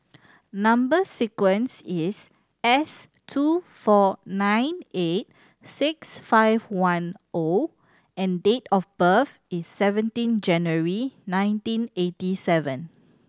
number sequence is S two four nine eight six five one O and date of birth is seventeen January nineteen eighty seven